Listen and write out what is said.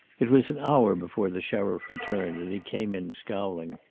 it was an hour before the sheriff returned, and he came in scowling.